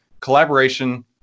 collaboration